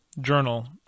journal